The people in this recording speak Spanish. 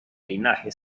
linaje